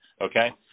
okay